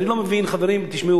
אני לא מבין, חברים, תשמעו.